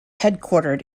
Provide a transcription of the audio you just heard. headquartered